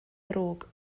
ddrwg